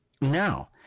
Now